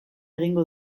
egingo